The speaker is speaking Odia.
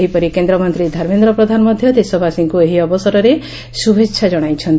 ସେହିପରି କେନ୍ଦ୍ରମନ୍ତୀ ଧର୍ମେନ୍ଦ ପ୍ରଧାନ ମଧ୍ୟ ଦେଶବାସୀଙ୍କ ଏହି ଅବସରରେ ଶ୍ରଭେଛା ଜଣାଇଛନ୍ତି